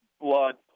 blood